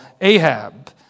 Ahab